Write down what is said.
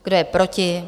Kdo je proti?